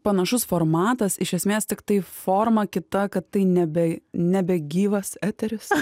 panašus formatas iš esmės tiktai forma kita kad tai ne be nebe gyvas eteris